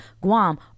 Guam